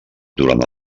durant